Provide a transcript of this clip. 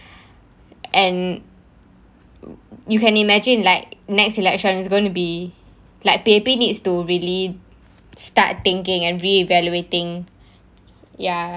and you can imagine like next election is gonna be like P_A_P needs to really start thinking and reevaluating ya